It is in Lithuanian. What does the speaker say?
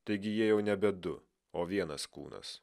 taigi jie jau nebe du o vienas kūnas